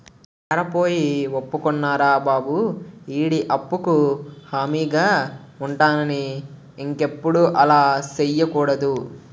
నేరకపోయి ఒప్పుకున్నారా బాబు ఈడి అప్పుకు హామీగా ఉంటానని ఇంకెప్పుడు అలా సెయ్యకూడదు